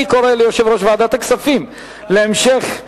אני קורא ליושב-ראש ועדת הכספים להמשך,